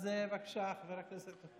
אז בבקשה, חבר הכנסת,